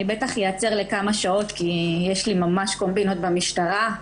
אני בטח איעצר רק לכמה שעות כי יש לי ממש קומבינות במשטרה,